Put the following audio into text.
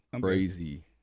crazy